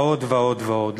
ועוד ועוד ועוד.